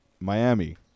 Miami